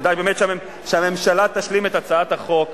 כדאי באמת שהממשלה תשלים את הצעת החוק,